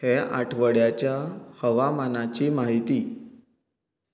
हे आठवड्याच्या हवामानाची म्हायती